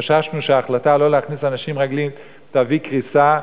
חששנו שההחלטה לא להכניס אנשים רגלית תביא קריסה,